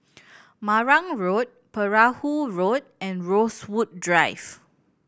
Marang Road Perahu Road and Rosewood Drive